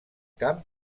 camp